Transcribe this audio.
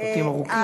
משפטים ארוכים.